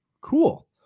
cool